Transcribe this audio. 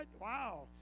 Wow